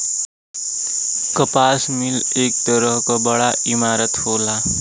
कपास मिल एक तरह क बड़ा इमारत होला